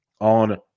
on